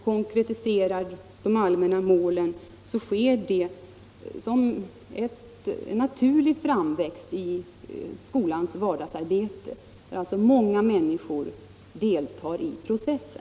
Konkretiseringen av de allmänna målen bör ske som en naturlig framväxt i skolans vardagsarbete, där alltså många människor deltar i processen.